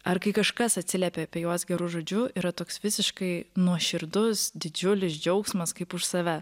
ar kai kažkas atsiliepia apie juos geru žodžiu yra toks visiškai nuoširdus didžiulis džiaugsmas kaip už save